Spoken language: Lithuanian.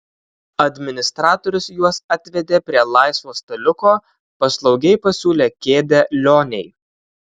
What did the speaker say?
administratorius juos atvedė prie laisvo staliuko paslaugiai pasiūlė kėdę lionei